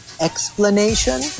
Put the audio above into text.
explanation